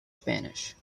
spanish